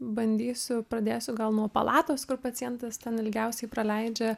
bandysiu pradėsiu gal nuo palatos kur pacientas ten ilgiausiai praleidžia